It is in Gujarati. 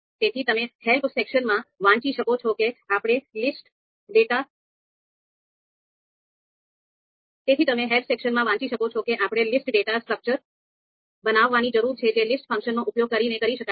તેથી તમે હેલ્પ સેક્શનમાં વાંચી શકો છો કે આપણે લિસ્ટ ડેટા સ્ટ્રક્ચર બનાવવાની જરૂર છે જે લિસ્ટ ફંક્શનનો ઉપયોગ કરીને કરી શકાય છે